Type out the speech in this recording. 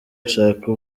ashaka